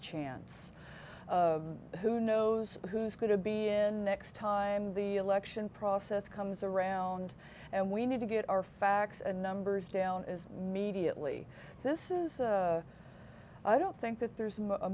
chance who knows who's going to be in x time the election process comes around and we need to get our facts and numbers down as mediately this is i don't think that there's a